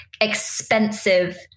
expensive